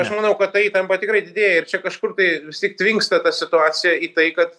aš manau kad ta įtampa tikrai didėja ir čia kažkur tai vis tiek tvinksta ta situacija į tai kad